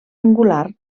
angular